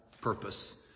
purpose